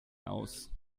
aus